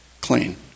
Clean